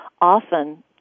often